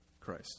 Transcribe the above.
christ